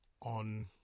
on